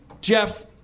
Jeff